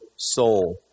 Soul